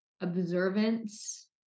observance